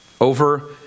over